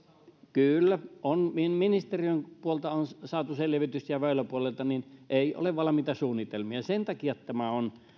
kyllä on ministeriön puolelta saatu selvitys ja väyläpuolelta että ei ole valmiita suunnitelmia ja sen takia tämä on